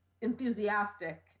enthusiastic